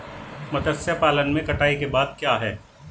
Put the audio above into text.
मत्स्य पालन में कटाई के बाद क्या है?